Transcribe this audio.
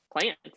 Plants